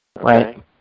Right